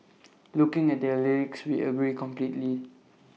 looking at their lyrics we agree completely